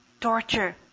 torture